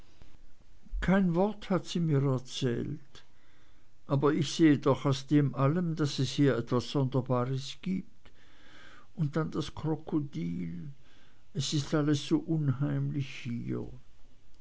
kein wort hat sie mir erzählt aber ich sehe doch aus dem allen daß es hier etwas sonderbares gibt und dann das krokodil es ist alles so unheimlich den